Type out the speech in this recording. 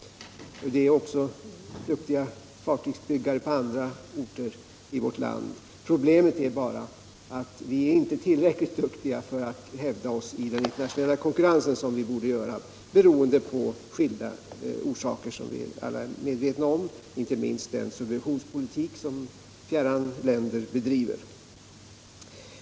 Det finns också duktiga fartygsbyggare på andra orter i vårt land. Problemet är bara att vi inte är tillräckligt duktiga för att hävda oss i den internationella konkurrensen såsom vi borde göra, beroende på skilda saker — inte minst den subventionspolitik som fjärran länder bedriver.